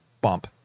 bump